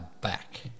back